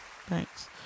Thanks